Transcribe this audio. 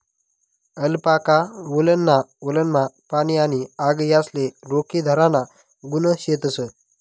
alpaca वुलनमा पाणी आणि आग यासले रोखीधराना गुण शेतस